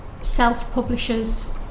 self-publishers